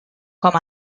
com